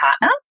partner